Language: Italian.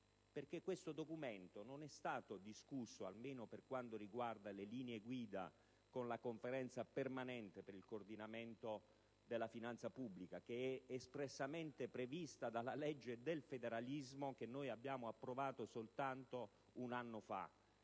Questo documento, infatti, non è stato discusso, almeno per quanto riguarda le linee guida, con la Conferenza permanente per il coordinamento della finanza pubblica, espressamente prevista dalla legge sul federalismo, approvata soltanto un anno fa,